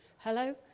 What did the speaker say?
Hello